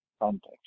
context